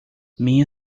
minha